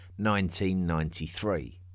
1993